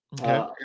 Okay